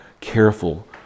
careful